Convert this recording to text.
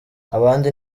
abandi